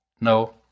No